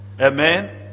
Amen